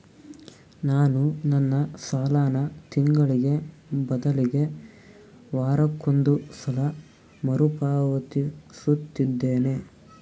ನಾನು ನನ್ನ ಸಾಲನ ತಿಂಗಳಿಗೆ ಬದಲಿಗೆ ವಾರಕ್ಕೊಂದು ಸಲ ಮರುಪಾವತಿಸುತ್ತಿದ್ದೇನೆ